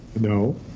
no